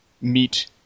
meet